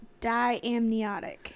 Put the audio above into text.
diamniotic